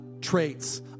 traits